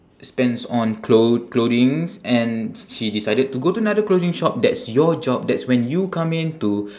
spends on clo~ clothings and she decided to go to another clothing shop that's your job that's when you come in to